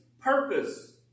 purpose